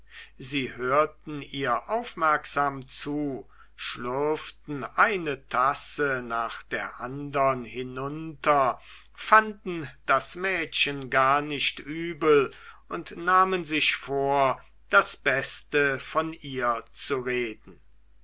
sie hörten ihr aufmerksam zu schlürften eine tasse nach der andern hinunter fanden das mädchen gar nicht übel und nahmen sich vor das beste von ihr zu reden